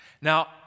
Now